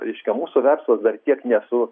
reiškia mūsų verslas dar tiek nesu